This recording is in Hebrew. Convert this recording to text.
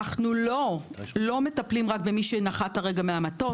אנחנו לא מטפלים רק במי שנחת הרגע מהמטוס.